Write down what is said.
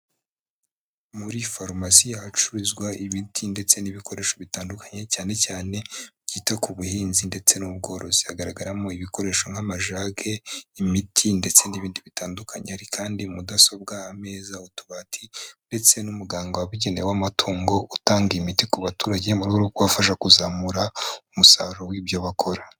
Muri farumasi ahacuruzwa imiti ndetse n'ibikoresho bitandukanye cyane cyane byita ku buhinzi ndetse n'ubworozi, hagaragaramo ibikoresho nk'amajage, imiti, ndetse n'ibindi bitandukanye, hari kandi mudasobwa, ameza, utubati, ndetse n'umuganga wabugenewe w'amatungo, utanga imiti ku baturage mu rwego rwo kubafasha kuzamura umusaruro w'ibyo bakora.